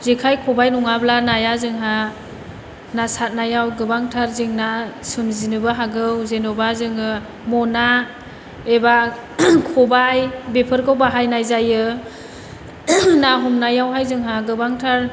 जेखाय खबाय नङाब्ला नाया जोंहा ना सारनायाव गोबांथार जेंना सोमजिनोबो हागौ जेन'बा जोङो मना एबा खबाय बेफोरखौ बाहायनाय जायो ना हमनायावहाय जोंहा गोबांथार